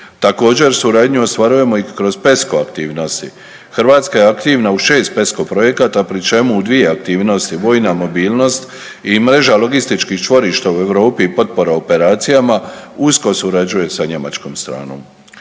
Također, suradnji ostvarujemo i kroz PESCO aktivnosti. Hrvatska je aktivna u 6 PESCO projekata, pri čemu u dvije aktivnosti vojna mobilnost i mreža logističkih čvorišta u Europi i potpora operacijama, usko surađuje sa njemačkom stranom.